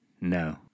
No